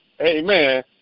Amen